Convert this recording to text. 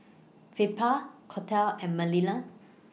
Felipa Colette and Manilla